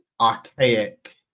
archaic